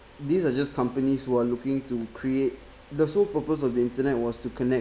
these are just companies who are looking to create the sole purpose of the internet was to connect